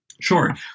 Sure